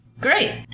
Great